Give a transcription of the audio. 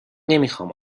نمیخام